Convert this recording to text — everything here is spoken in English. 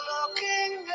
Looking